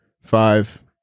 five